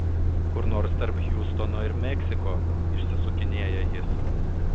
kur nors tarp hjustono ir meksiko išsisukinėja jis